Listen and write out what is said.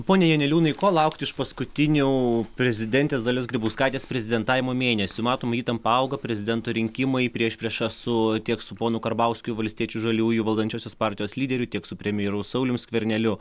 pone janeliūnai ko laukt iš paskutinių prezidentės dalios grybauskaitės prezidentavimo mėnesių matom įtampa auga prezidento rinkimai priešprieša su tiek su ponu karbauskiu valstiečių žaliųjų valdančiosios partijos lyderiu tiek su premjeru saulium skverneliu